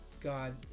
God